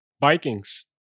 Vikings